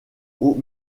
aux